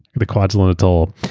the kwajalein atoll.